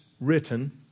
written